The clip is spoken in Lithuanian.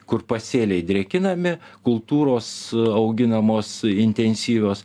kur pasėliai drėkinami kultūros auginamos intensyvios